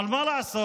אבל מה לעשות,